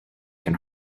can